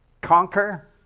Conquer